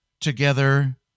together